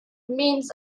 means